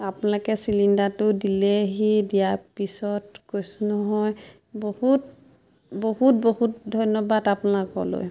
আপোনালোকে চিলিণ্ডাৰটো দিলেহি দিয়াৰ পিছত কৈছোঁ নহয় বহুত বহুত বহুত ধন্যবাদ আপোনালোকলৈ